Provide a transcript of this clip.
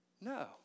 No